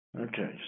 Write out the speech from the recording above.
Okay